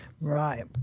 Right